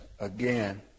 again